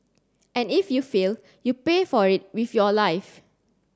and if you fail you pay for it with your life